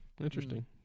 interesting